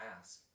ask